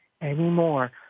anymore